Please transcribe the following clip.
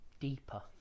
deeper